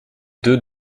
deux